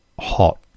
hot